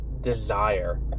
desire